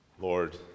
Lord